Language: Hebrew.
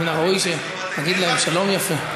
אז מן הראוי שנגיד להם שלום יפה.